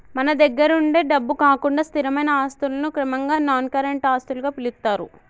మన దగ్గరుండే డబ్బు కాకుండా స్థిరమైన ఆస్తులను క్రమంగా నాన్ కరెంట్ ఆస్తులుగా పిలుత్తారు